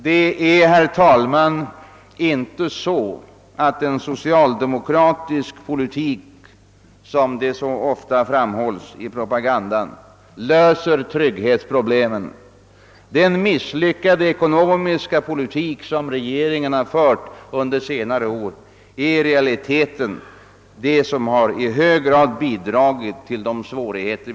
Det är inte så att en socialdemo kratisk politik, som det så ofta framhålles i propagandan, löser alla trygghetsproblem, Den misslyckade ekonomiska politik, som regeringen under senare år fört, har i realiteten i hög grad bidragit till de svårigheter.